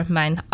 mijn